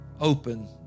open